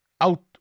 out